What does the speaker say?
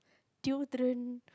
deodorant